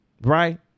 right